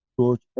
George